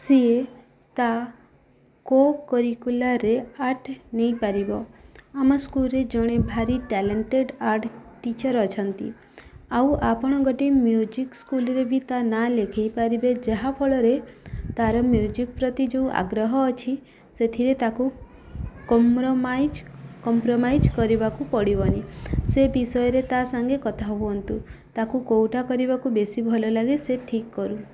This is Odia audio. ସିଏ ତା କୋକରିକୁଲାର୍ରେ ଆର୍ଟ୍ ନେଇପାରିବ ଆମ ସ୍କୁଲ୍ରେ ଜଣେ ଭାରି ଟ୍ୟାଲେଣ୍ଟେଡ୍ ଆର୍ଟ୍ ଟିଚର୍ ଅଛନ୍ତି ଆଉ ଆପଣ ଗୋଟେ ମ୍ୟୁଜିକ୍ ସ୍କୁଲ୍ରେ ବି ତା ନାଁ ଲେଖାଇପାରିବେ ଯାହା ଫଳରେ ତାର ମ୍ୟୁଜିକ୍ ପ୍ରତି ଯେଉଁ ଆଗ୍ରହ ଅଛି ସେଥିରେ ତାକୁ କମ୍ପ୍ରମାଇଜ୍ କମ୍ପ୍ରମାଇଜ୍ କରିବାକୁ ପଡ଼ିବନି ସେ ବିଷୟରେ ତା ସାଙ୍ଗେ କଥା ହୁଅନ୍ତୁ ତାକୁ କେଉଁଟା କରିବାକୁ ବେଶି ଭଲ ଲାଗେ ସେ ଠିକ୍ କରୁ